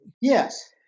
Yes